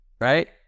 right